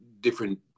different